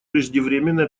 преждевременное